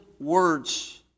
words